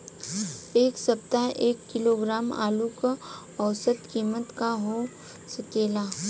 एह सप्ताह एक किलोग्राम आलू क औसत कीमत का हो सकेला?